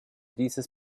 dieses